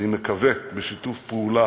אני מקווה שבשיתוף פעולה